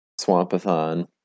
swampathon